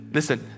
Listen